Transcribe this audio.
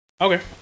Okay